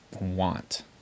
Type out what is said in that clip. want